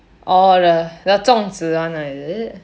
orh the 粽子 one is it